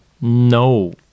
no